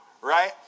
Right